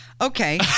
Okay